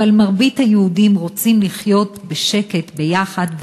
אבל מרבית היהודים רוצים לחיות בשקט יחד,